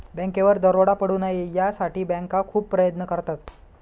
बँकेवर दरोडा पडू नये यासाठी बँका खूप प्रयत्न करतात